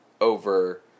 over